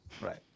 Right